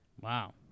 Wow